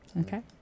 Okay